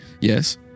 Yes